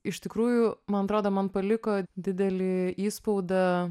iš tikrųjų mantrodo man paliko didelį įspaudą